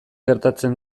gertatzen